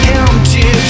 empty